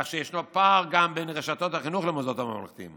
כך שישנו פער גם בין רשתות החינוך למוסדות הממלכתיים.